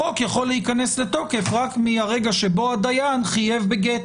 החוק יכול להיכנס לתוקף רק מהרגע שבו הדיין חייב בגט.